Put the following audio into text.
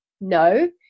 No